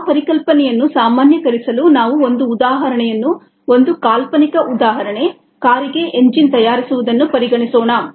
ಆ ಪರಿಕಲ್ಪನೆಯನ್ನು ಸಾಮಾನ್ಯೀಕರಿಸಲು ನಾವು ಒಂದು ಉದಾಹರಣೆಯನ್ನು ಒಂದು ಕಾಲ್ಪನಿಕ ಉದಾಹರಣೆ ಕಾರಿಗೆ ಎಂಜಿನ್ ತಯಾರಿಸುವುದನ್ನು ಪರಿಗಣಿಸೋಣ